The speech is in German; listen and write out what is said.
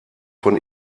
von